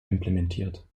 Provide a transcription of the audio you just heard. implementiert